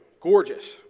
gorgeous